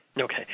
Okay